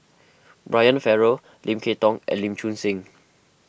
Brian Farrell Lim Kay Tong and Lee Choon Seng